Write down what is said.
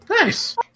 Nice